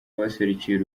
abaserukiye